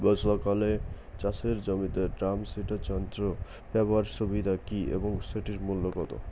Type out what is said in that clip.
বর্ষাকালে চাষের জমিতে ড্রাম সিডার যন্ত্র ব্যবহারের সুবিধা কী এবং সেটির মূল্য কত?